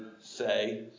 say